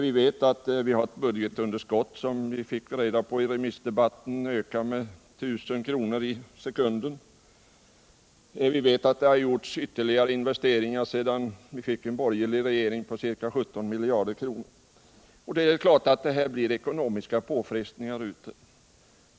Vi vet att vi har ett budgetunderskott, och i remissdebatten fick vi reda på att det underskottet ökar med 1000 kr. i sekunden. Vi vet också att det har gjorts ytterligare investeringar på ca 17 miljarder kronor sedan vi fick en borgerlig regering. Det är klart att detta medför ekonomiska påfrestningar.